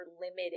limited